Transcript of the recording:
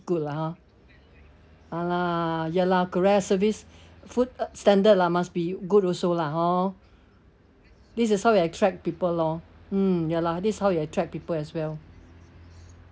good lah ha ah lah ya lah correct service food standard lah must be good also lah hor this is how we attract people lor mm ya lah this how you attract people as well